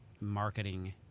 marketing